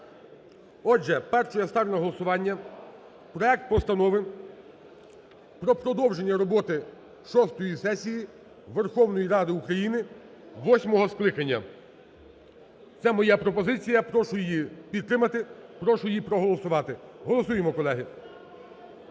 Отже, першою я ставлю на голосування проект Постанови про продовження роботи шостої сесії Верховної Ради України восьмого скликання. Це моя пропозиція, прошу її підтримати, прошу її проголосувати. Голосуємо колеги,